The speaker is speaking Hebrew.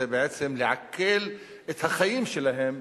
זה בעצם לעקל את החיים שלהם,